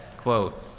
quote,